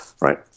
right